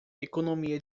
economia